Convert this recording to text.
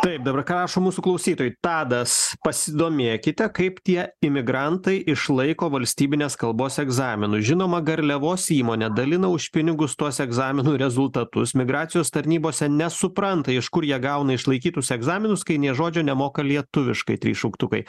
taip dabar ką rašo mūsų klausytojai tadas pasidomėkite kaip tie imigrantai išlaiko valstybinės kalbos egzaminus žinoma garliavos įmonė dalina už pinigus tuos egzaminų rezultatus migracijos tarnybose nesupranta iš kur jie gauna išlaikytus egzaminus kai nė žodžio nemoka lietuviškai trys šauktukai